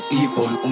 evil